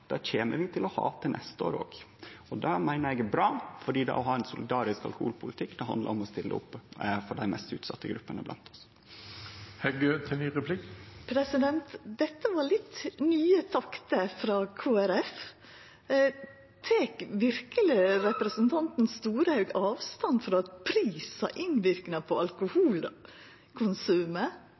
Det kjem vi òg til å vere neste år. Det meiner eg er bra, for det å ha ein solidarisk alkoholpolitikk handlar om å stille opp for dei mest utsette gruppene blant oss. Dette var litt nye takter frå Kristeleg Folkeparti. Tek verkeleg representanten Storehaug avstand frå at pris har innverknad på